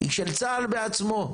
היא של צה"ל בעצמו.